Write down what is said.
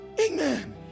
Amen